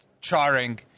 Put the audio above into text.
charring